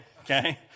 okay